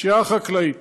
פשיעה חקלאית